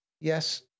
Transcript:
Yes